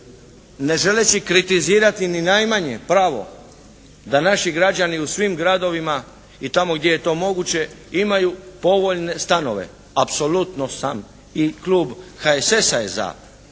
ne želeći kritizirati ni najmanje pravo da naši građani u svim gradovima i tamo gdje je to moguće imaju povoljne stanove. Apsolutno sam i klub HSS-a je za